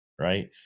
Right